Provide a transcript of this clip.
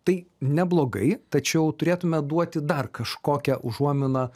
tai neblogai tačiau turėtume duoti dar kažkokią užuominą